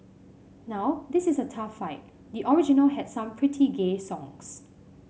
now this is a tough fight the original had some pretty gay songs